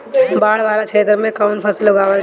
बाढ़ वाला क्षेत्र में कउन फसल लगावल ठिक रहेला?